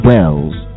Wells